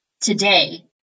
today